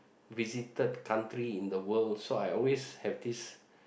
visited country in the world so I always have this